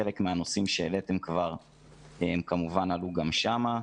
חלק מהנושאים שהעליתם כבר הם כמובן עלו גם שם,